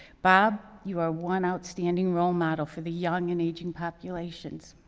bob, you are one outstanding role model for the young and aging populations.